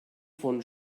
von